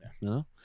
No